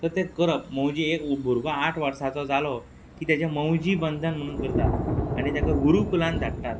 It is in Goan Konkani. त तें करप मौजी एक उ भुरगो आठ वर्साचो जालो की तेजें मौजी बंदन म्हुणून करतात आनी तेका गुरुकुलान धाडटात